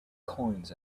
coins